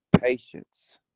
patience